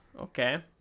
Okay